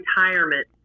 retirement